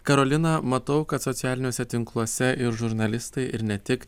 karolina matau kad socialiniuose tinkluose ir žurnalistai ir ne tik